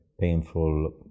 painful